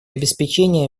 обеспечения